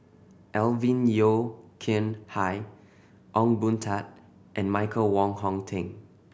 Alvin Yeo Khirn Hai Ong Boon Tat and Michael Wong Hong Teng